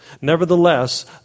Nevertheless